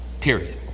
Period